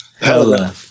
hella